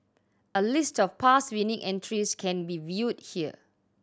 a list of past winning entries can be viewed here